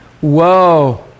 Whoa